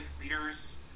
leaders